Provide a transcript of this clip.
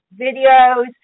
videos